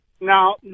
Now